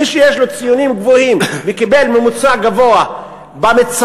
מי שיש לו ציונים גבוהים וקיבל ממוצע גבוה במצרף,